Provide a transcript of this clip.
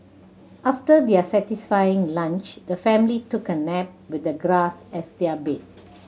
after their satisfying lunch the family took a nap with the grass as their bed